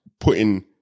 putting